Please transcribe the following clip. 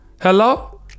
Hello